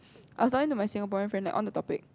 I was talking to my Singaporean friend on the topic